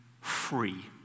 free